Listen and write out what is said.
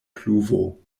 pluvo